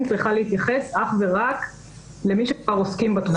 צריכה להתייחס אך ורק למי שכבר עוסקים בתחום.